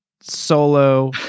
solo